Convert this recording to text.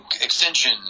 extension